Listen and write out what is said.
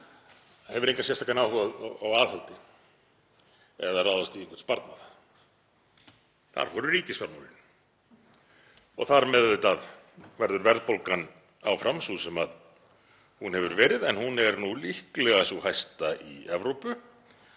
hann hefur engan sérstakan áhuga á aðhaldi eða að ráðast í einhvern sparnað. Þar fóru ríkisfjármálin og þar með verður verðbólgan auðvitað áfram sú sem hún hefur verið, en hún er nú líklega sú hæsta í Evrópu